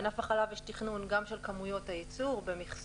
בענף החלב יש תכנון גם של כמויות הייצור במכסות,